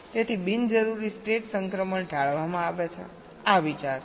તેથી બિનજરૂરી સ્ટેટ સંક્રમણ ટાળવામાં આવે છે આ વિચાર છે